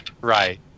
Right